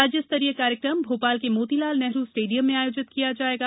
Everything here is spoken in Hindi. राज्य स्तरीय कार्यक्रम भोपाल के मोतीलाल नेहरू स्टेडियम में आयोजित किया जायेगा